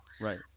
Right